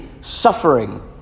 suffering